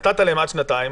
נתת להם עד שנתיים.